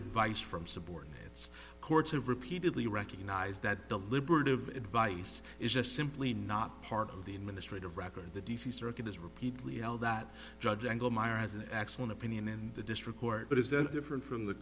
advice from subordinates courts have repeatedly recognized that deliberative advice is just simply not part of the administrative record the d c circuit has repeatedly l that judge angle meyer has an excellent opinion in the district court but is that different from the